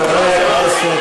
חברי הכנסת,